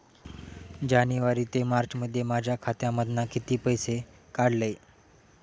जानेवारी ते मार्चमध्ये माझ्या खात्यामधना किती पैसे काढलय?